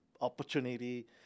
opportunity